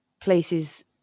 places